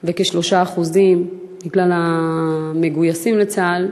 וכ-3% מכלל המגויסים לצה"ל,